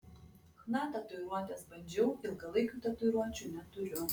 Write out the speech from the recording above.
chna tatuiruotes bandžiau ilgalaikių tatuiruočių neturiu